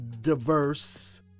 diverse